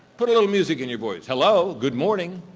put a little music in your voice. hello, good morning.